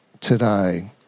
today